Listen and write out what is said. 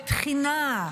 בתחינה,